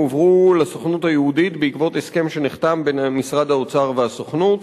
הועבר לסוכנות היהודית בעקבות הסכם שנחתם בין משרד האוצר והסוכנות.